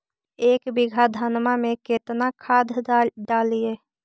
एक बीघा धन्मा में केतना खाद डालिए?